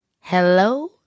Hello